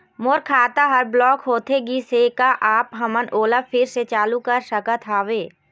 मोर खाता हर ब्लॉक होथे गिस हे, का आप हमन ओला फिर से चालू कर सकत हावे?